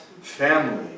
family